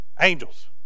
Angels